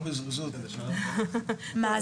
טוב ,